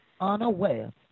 Unaware